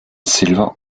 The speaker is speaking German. silber